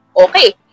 Okay